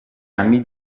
anni